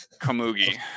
kamugi